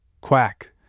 Quack